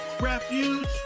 refuge